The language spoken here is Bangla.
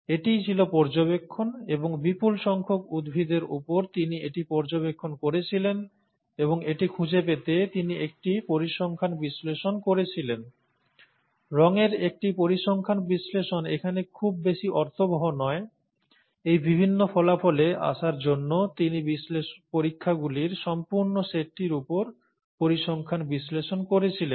এটিই ছিল পর্যবেক্ষণ এবং বিপুল সংখ্যক উদ্ভিদের উপর তিনি এটি পর্যবেক্ষণ করেছিলেন এবং এটি খুঁজে পেতে তিনি একটি পরিসংখ্যান বিশ্লেষণ করেছিলেন রংয়ের একটি পরিসংখ্যান বিশ্লেষণ এখানে খুব বেশি অর্থবহ নয় এই বিভিন্ন ফলাফলে আসার জন্য তিনি পরীক্ষাগুলির সম্পূর্ণ সেটটির উপর পরিসংখ্যান বিশ্লেষণ করেছিলেন